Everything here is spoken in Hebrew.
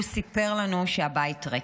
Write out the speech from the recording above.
והוא סיפר לנו שהבית ריק.